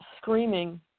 screaming